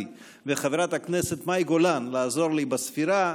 וחברת הכנסת מאי גולן לעזור לי בספירה.